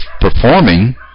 performing